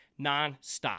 nonstop